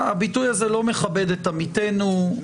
הביטוי הזה לא מכבד את עמיתינו.